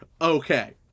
okay